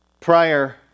prior